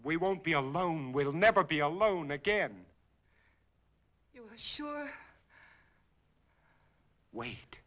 we won't be alone we'll never be alone again sure wa